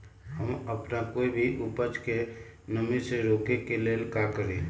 हम अपना कोई भी उपज के नमी से रोके के ले का करी?